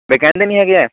ਵੀ ਕਹਿੰਦੇ ਨਹੀਂ ਹੈਗੇ ਹੈ